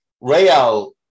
Real